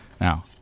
now